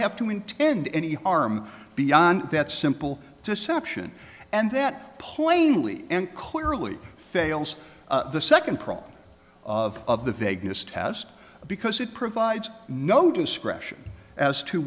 have to intend any harm beyond that simple deception and that plainly and clearly fails the second prong of the vagueness test because it provides no discretion as to